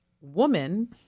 woman